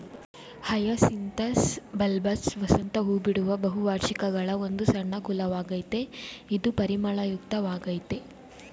hyacinthus bulbous ವಸಂತ ಹೂಬಿಡುವ ಬಹುವಾರ್ಷಿಕಗಳ ಒಂದು ಸಣ್ಣ ಕುಲವಾಗಯ್ತೆ ಇದು ಪರಿಮಳಯುಕ್ತ ವಾಗಯ್ತೆ